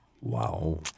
Wow